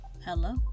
Hello